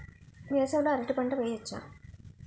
వేసవి లో అరటి పంట వెయ్యొచ్చా?